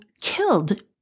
killed